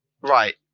Right